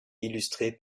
illustré